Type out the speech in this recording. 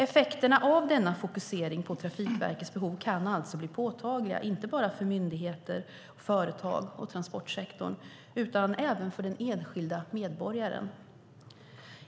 Effekterna av denna fokusering på Trafikverkets behov kan alltså bli påtagliga, inte bara för företag, myndigheter och transportsektorn utan även för den enskilda medborgaren.